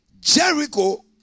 Jericho